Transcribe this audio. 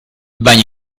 bagno